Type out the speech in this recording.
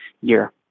year